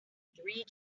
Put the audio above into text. three